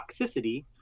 toxicity